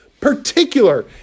particular